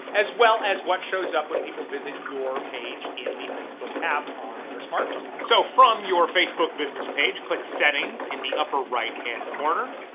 as well as what shows up when people visit your page in the facebook app on their smart phone. so from your facebook business page, click settings in the upper right hand corner.